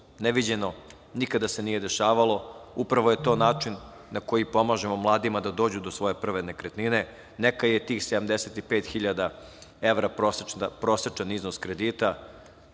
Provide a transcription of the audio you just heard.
Neviđeno, nikada se nije dešavalo. Upravo je to način na koji pomažemo mladima da dođu do svoje prve nekretnine. Neka je tih 75.000 evra prosečan iznos kredita,